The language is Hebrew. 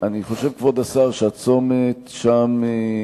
אני חושב, כבוד השר, שהצומת שם,